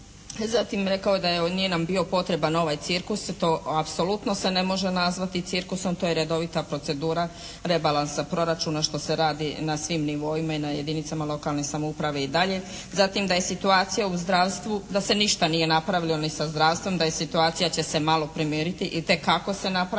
Zatim je rekao da nije nam potreban ovaj cirkus, to apsolutno se ne može nazvati cirkusom, to je redovita procedura rebalansa proračuna što se radi na svim nivoima i na jedinicama lokalne samouprave i dalje. Zatim, da je situacija u zdravstvu, da se ništa nije napravilo ni sa zdravstvom, da i situacija će se malo primiriti itekako se napravilo